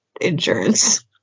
insurance